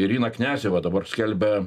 irina kniazeva dabar skelbia